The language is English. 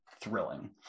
thrilling